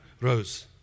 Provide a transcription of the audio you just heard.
rose